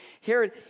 Herod